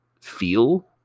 feel